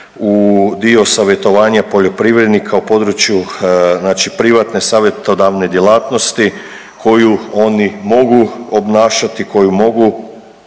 u dio savjetovanja poljoprivrednika u području, znači privatne savjetodavne djelatnosti koju oni mogu obnašati, koju mogu